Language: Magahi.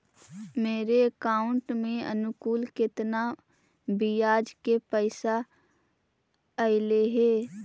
मेरे अकाउंट में अनुकुल केतना बियाज के पैसा अलैयहे?